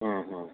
ہوں ہوں